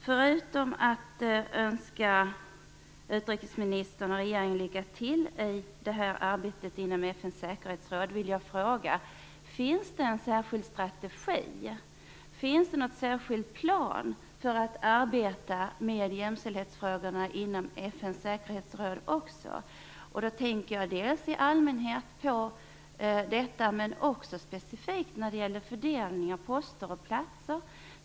Förutom att jag vill önska utrikesministern och regeringen lycka till i arbetet inom FN:s säkerhetsråd vill jag fråga: Finns det en särskild strategi, en särskild plan för att arbeta med jämställdhetsfrågorna också inom FN:s säkerhetsråd? Jag tänker dels på detta område i allmänhet, men också specifikt på fördelningen av poster och platser.